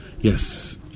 Yes